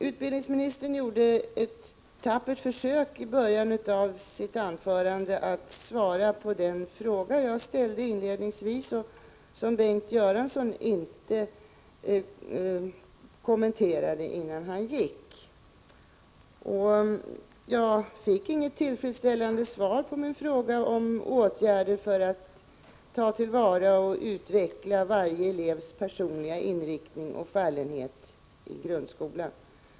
Utbildningsministern gjorde ett tappert försök i början av sitt anförande att svara på den fråga som jag inledningsvis ställde, en fråga som Bengt Göransson inte kommenterade innan han lämnade kammaren. Jag har alltså inte fått något tillfredsställande svar på min fråga om åtgärder för att ta till vara och utveckla varje elevs personliga inriktning och fallenhet i grundskolan.